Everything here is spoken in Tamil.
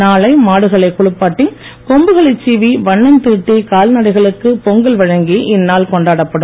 நாளை மாடுகளை குளிப்பாட்டி கொம்புகளை சீவி வண்ணம் தீட்டி கால்நடைகளுக்கு பொங்கல் வழங்கி இந்நாள் கொண்டாடப்படும்